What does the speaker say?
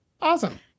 Awesome